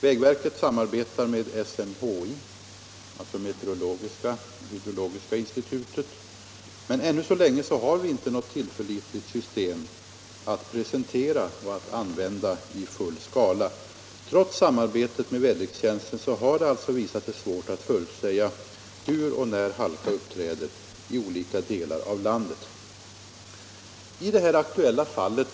Vägverket sammarbetar med SMHI, det meteorologiska institutet. Men ännu så länge har vi inte något tillförlitligt system att presentera och använda i full skala. Trots samarbetet med väderlekstjänsten har det alltså visat sig svårt att förutsäga hur och när halka uppträder i olika delar av landet.